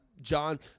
John